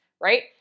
right